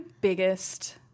biggest